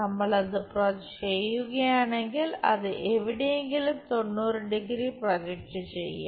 നമ്മൾ അത് ചെയ്യുകയാണെങ്കിൽ അത് എവിടെയെങ്കിലും 90 ഡിഗ്രി 90° പ്രൊജക്റ്റ് ചെയ്യും